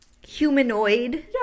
humanoid